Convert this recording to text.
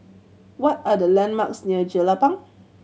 what are the landmarks near Jelapang